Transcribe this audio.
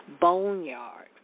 Boneyard